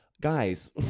Guys